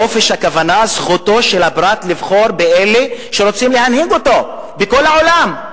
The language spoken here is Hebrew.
הכוונה היא זכותו של הפרט לבחור באלה שרוצים להנהיג אותו בכל העולם.